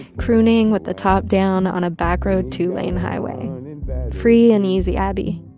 crooning with the top down on a back-road two-lane highway free and easy abby,